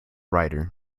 rider